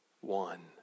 one